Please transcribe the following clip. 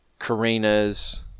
Karina's